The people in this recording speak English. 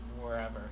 wherever